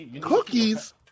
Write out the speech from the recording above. Cookies